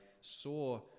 saw